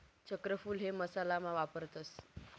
चक्रफूल हे मसाला मा वापरतस